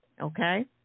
Okay